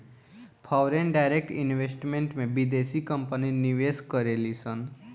foreign direct investment में बिदेसी company निवेश करेलिसन